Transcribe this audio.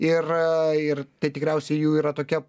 ir ir tai tikriausiai jų yra tokia